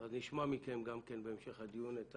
אז נשמע מכם גם כן בהמשך הדיון.